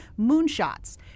Moonshots